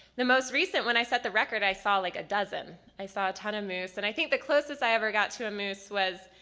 the most recent, when i set the record, i saw like a dozen. i saw a ton of moose and i think the closest i ever got to a moose was,